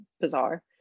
bizarre